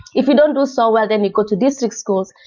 if you don't do so well, then you go to district schools.